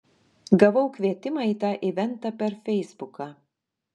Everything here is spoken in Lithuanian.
gavau kvietimą į tą eventą per feisbuką